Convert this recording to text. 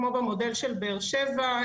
כמו במודל של באר שבע,